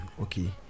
okay